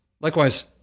Likewise